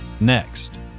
Next